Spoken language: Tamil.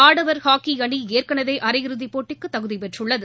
ஆடவர் ஹாக்கி அணி ஏற்கனவே அரை இறுதிப் போட்டிக்கு தகுதிபெற்றுள்ளது